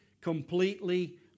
completely